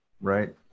right